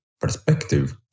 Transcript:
perspective